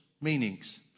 meanings